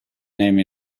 named